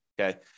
okay